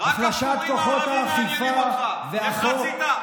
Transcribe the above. החלשת כוחות האכיפה והחוק,